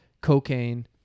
cocaine